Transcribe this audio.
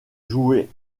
jouée